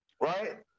Right